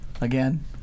again